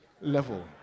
level